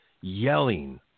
yelling